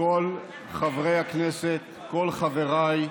כל חברי הכנסת, כל חבריי